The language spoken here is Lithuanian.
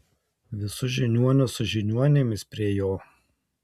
visus žiniuonius su žiniuonėmis prie jo